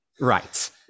Right